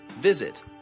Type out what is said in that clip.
Visit